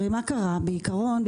בעיקרון,